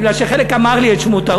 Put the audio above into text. כי חלק אמר לי את שמו,